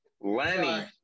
Lenny